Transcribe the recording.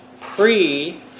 pre